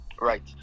right